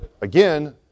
again